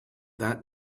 that